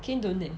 kain don't eh